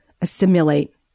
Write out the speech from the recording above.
assimilate